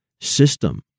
system